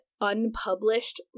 unpublished